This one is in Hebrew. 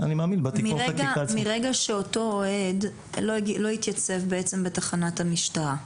מרגע שאותו אוהד לא התייצב בתחנת המשטרה,